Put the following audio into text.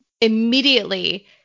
Immediately